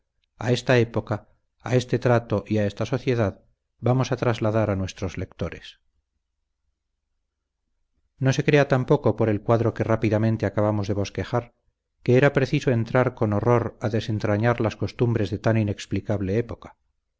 a esta época a ese trato y a esa sociedad vamos a trasladar a nuestros lectores no se crea tampoco por el cuadro que rápidamente acabamos de bosquejar que sea preciso entrar con horror a desentrañar las costumbres de tan inexplicable época